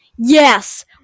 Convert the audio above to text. Yes